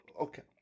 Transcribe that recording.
Okay